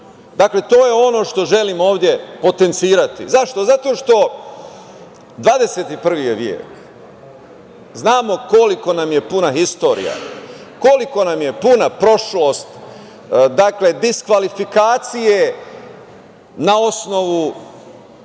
Dakle, to je ono što želim ovde potencirati. Zašto? Zato što, 21. je vek, znamo koliko nam je puna istorija, koliko nam je puna prošlost. Dakle, diskvalifikacije na osnovu